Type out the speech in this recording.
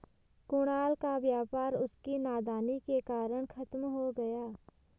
कुणाल का व्यापार उसकी नादानी के कारण खत्म हो गया